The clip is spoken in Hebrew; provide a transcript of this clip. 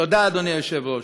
תודה, אדוני היושב-ראש.